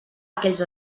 aquells